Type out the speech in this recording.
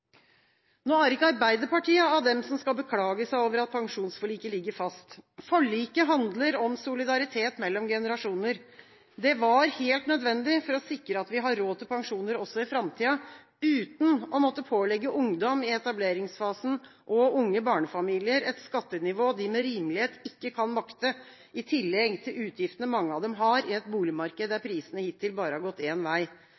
Nå er ikke Arbeiderpartiet av dem som skal beklage seg over at pensjonsforliket ligger fast. Forliket handler om solidaritet mellom generasjoner. Det var helt nødvendig for å sikre at vi har råd til pensjoner også i framtida, uten å måtte pålegge ungdom i etableringsfasen og unge barnefamilier et skattenivå de med rimelighet ikke kan makte, i tillegg til utgiftene mange av dem har i et boligmarked der prisene hittil bare har gått én vei.